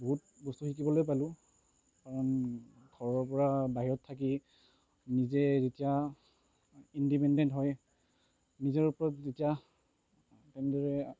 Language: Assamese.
বহুত বস্তু শিকিবলৈ পালোঁ কাৰণ ঘৰৰ পৰা বাহিৰত থাকি নিজে যেতিয়া ইণ্ডিপেণ্ডেণ্ট হৈ নিজৰ ওপৰত যেতিয়া এনেদৰে